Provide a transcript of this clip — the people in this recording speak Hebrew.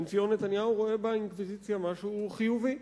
בנציון נתניהו רואה באינקוויזיציה משהו חיובי,